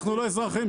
יש לה אחריות?